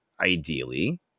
ideally